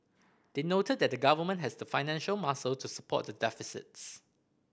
they noted that the Government has the financial muscle to support the deficits